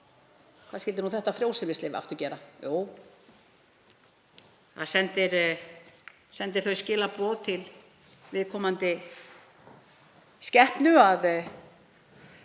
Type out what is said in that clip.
hvað skyldi nú þetta frjósemislyf gera? Jú, það sendir þau skilaboð til viðkomandi skepnu að